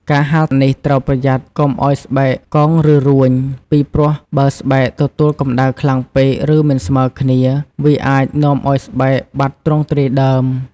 ការហាលនេះត្រូវប្រយ័ត្នកុំឱ្យស្បែកកោង ឬរួញ ពីព្រោះបើស្បែកទទួលកម្តៅខ្លាំងពេក ឬមិនស្មើគ្នា វាអាចនាំឲ្យស្បែកបាត់ទ្រង់ទ្រាយដើម។